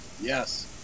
Yes